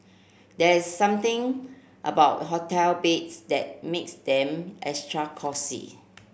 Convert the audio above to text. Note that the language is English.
there is something about hotel beds that makes them extra cosy